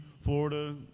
Florida